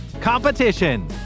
competition